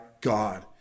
God